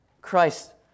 Christ